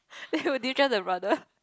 then would you trust your brother